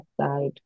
side